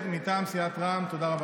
לא נסלח לכם.